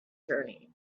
journey